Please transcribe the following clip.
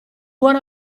buon